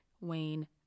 Wayne